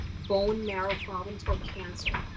bone marrow problems, or cancer.